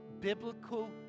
biblical